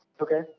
Okay